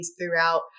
throughout